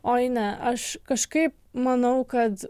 oi ne aš kažkaip manau kad